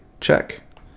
Check